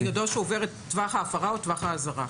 ביודעו שהוא עובר את טווח ההפרה או טווח האזהרה.